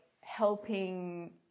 helping